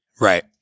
Right